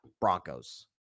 Broncos